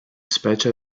specie